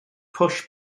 push